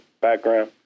background